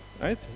Right